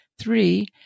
Three